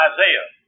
Isaiah